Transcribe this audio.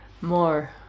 more